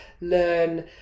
learn